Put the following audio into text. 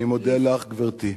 אני מודה לך, גברתי.